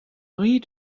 read